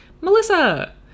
melissa